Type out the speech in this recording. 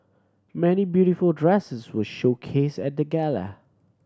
many beautiful dresses were showcased at the gala